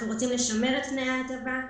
אנחנו רוצים לשמר את תנאי ההטבה.